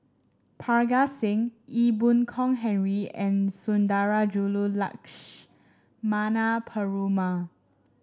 Parga Singh Ee Boon Kong Henry and Sundarajulu Lakshmana Perumal